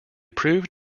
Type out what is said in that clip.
proved